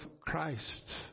Christ